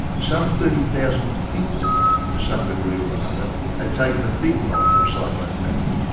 some thirty thousand people to some degree or another had taken a big knock from cyclone larry.